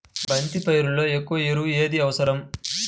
బంతి పైరులో ఎక్కువ ఎరువు ఏది అవసరం?